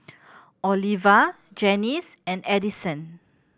Oliva Janis and Addyson